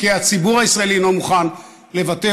כי הציבור הישראלי לא מוכן לוותר,